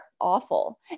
awful